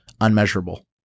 unmeasurable